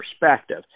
perspective